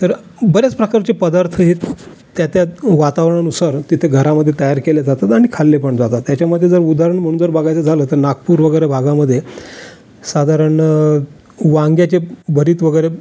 तर बऱ्याच प्रकारचे पदार्थ हे त्या त्या वातावरणानुसार तिथे घरामध्ये तयार केले जातात आणि खाल्ले पण जातात ह्याच्यामध्ये जर उदाहरण म्हणून जर बघायचं झालं तर नागपूर वगैरे भागामध्ये साधारण वांग्याचे भरीत वगैरे